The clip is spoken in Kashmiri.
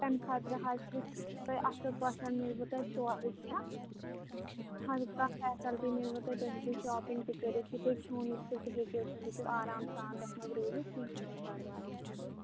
تَمہِ خٲطرٕ حظ چھِ تۅہہِ اَصٕل پٲٹھۍ میلوِٕ تۅہہِ سورُے کیٚنٛہہ ہر کانٛہہ فیسلٹی میلوٕ تۅہہِ تۅہہِ ہیٚکِو شاپِنٛگ تہِ کٔرِتھ یہ تُہۍ کھیوٚن ییٚژھِو تہِ ہیٚکِو تُہۍ ہیٚکِو آرام سان تَتھ منز روٗزِتھ کیٚنٛہہ چھُ نہِ پَرواے